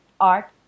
art